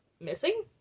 missing